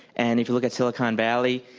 and if you look at silicon valley,